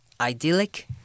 idyllic